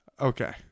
Okay